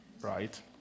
right